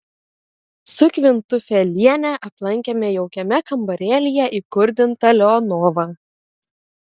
su kvintufeliene aplankėme jaukiame kambarėlyje įkurdintą leonovą